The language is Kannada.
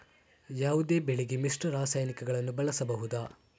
ಯಾವುದೇ ಬೆಳೆಗೆ ಮಿಶ್ರ ರಾಸಾಯನಿಕಗಳನ್ನು ಬಳಸಬಹುದಾ?